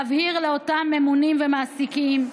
להבהיר לאותם ממונים ומעסיקים,